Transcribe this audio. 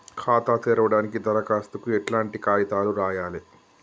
ఖాతా తెరవడానికి దరఖాస్తుకు ఎట్లాంటి కాయితాలు రాయాలే?